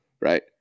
right